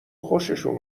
خوششون